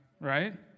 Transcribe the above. right